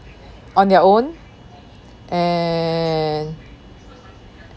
on their own and